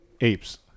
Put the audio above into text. apes